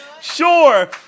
Sure